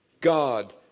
God